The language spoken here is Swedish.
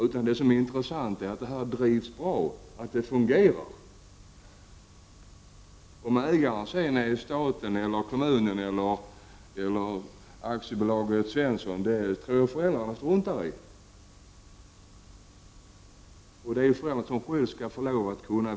Det som är intressant är att dagiset drivs bra och att det fungerar. Jag tror föräldrar struntar i om ägaren är staten, kommunen eller AB Svensson. Föräldrarna skall själva kunna få lov att välja.